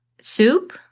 soup